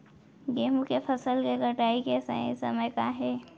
गेहूँ के फसल के कटाई के सही समय का हे?